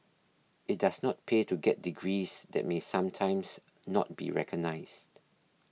it does not pay to get degrees that may sometimes not be recognised